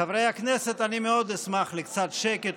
חברי הכנסת, אני מאוד אשמח לקצת שקט.